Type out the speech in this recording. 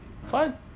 Fine